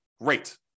great